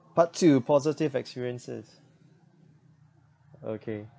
part two positive experiences okay